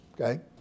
okay